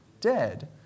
dead